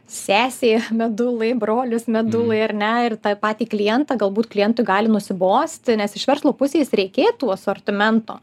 sesė medulai brolis medulai ar ne ir tą patį klientą galbūt klientui gali nusibosti nes iš verslo pusės reikėtų asortimento